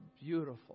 beautiful